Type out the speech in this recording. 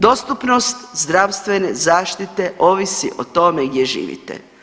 Dostupnost zdravstvene zaštite ovisi o tome gdje živite.